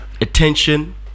attention